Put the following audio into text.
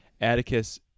Atticus